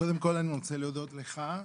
קודם כול, אני רוצה להודות לך,